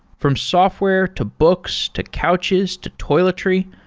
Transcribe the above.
from software, to books, to couches, to toiletry,